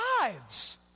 lives